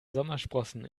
sommersprossen